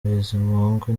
bizimungu